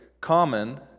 common